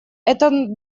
этот